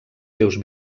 seus